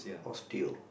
Osteo